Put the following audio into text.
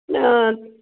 ನ್ಯಾ